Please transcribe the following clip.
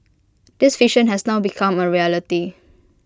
this vision has now become A reality